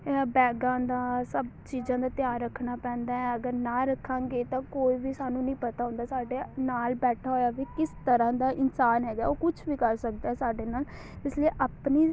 ਬੈਗਾਂ ਦਾ ਸਭ ਚੀਜ਼ਾਂ ਦਾ ਧਿਆਨ ਰੱਖਣਾ ਪੈਂਦਾ ਹੈ ਅਗਰ ਨਾ ਰੱਖਾਂਗੇ ਤਾਂ ਕੋਈ ਵੀ ਸਾਨੂੰ ਨਹੀਂ ਪਤਾ ਹੁੰਦਾ ਸਾਡੇ ਨਾਲ ਬੈਠਾ ਹੋਇਆ ਵੀ ਕਿਸ ਤਰ੍ਹਾਂ ਦਾ ਇਨਸਾਨ ਹੈਗਾ ਉਹ ਕੁਛ ਵੀ ਕਰ ਸਕਦਾ ਹੈ ਸਾਡੇ ਨਾਲ ਇਸ ਲਈ ਆਪਣੀ